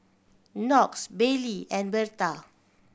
Knox Bailey and Berta